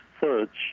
search